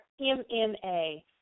MMA